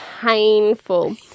painful